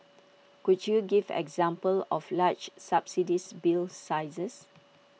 could you give examples of large subsidised bill sizes